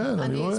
כן, אני רואה.